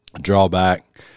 drawback